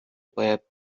باید